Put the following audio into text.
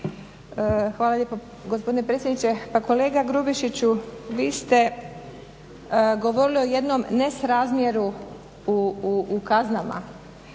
Hvala lijepo gospodine predsjedniče. Pa kolega Grubišiću, vi ste govorili o jednom ne srazmjeru u kaznama.